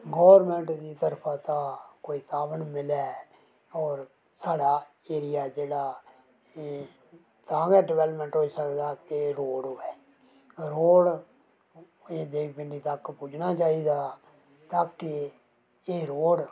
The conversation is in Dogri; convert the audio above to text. गौरमैंट दी तरफा दा कोई साधन मिलै और साढ़ा एरिया जेह्ड़ा एह् तां गै डवैलमैंट होई सकदा जे रोड़ होऐ रोड़ दाेवी पिण्डी तक पुज्जना चाहिदा ताकि एह् रोड़